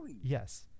Yes